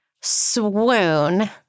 Swoon